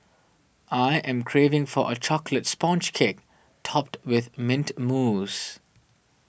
I am craving for a Chocolate Sponge Cake Topped with Mint Mousse